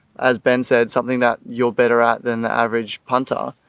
as ben said, something that you're better at than the average punter.